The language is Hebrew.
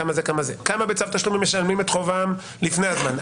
כמה בצו תשלומים משלמים את חובם לפני הזמן,